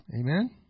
Amen